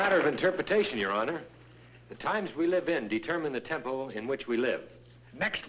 matter of interpretation your honor the times we live in determine the tempo in which we live next